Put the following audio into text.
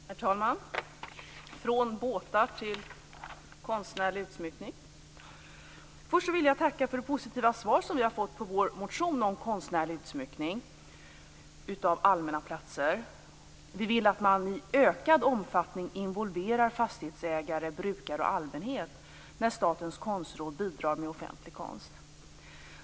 Herr talman! Vi går från båtar till konstnärlig utsmyckning. Först vill jag tacka för det positiva svar som vi har fått på vår motion om konstnärlig utsmyckning av allmänna platser. Vi vill att man i ökad utsträckning involverar fastighetsägare, brukare och allmänhet när Statens konstråd bidrar med offentlig konst.